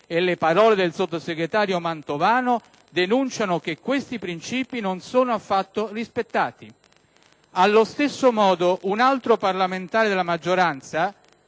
e le parole del sottosegretario Mantovano denunciano che questi principi non sono affatto rispettati. Allo stesso modo, un altro parlamentare della maggioranza,